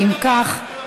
אם כך,